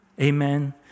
Amen